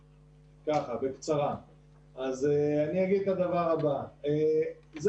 (שקף: רקע המסד הנורמטיבי (החלטות ממשלה)).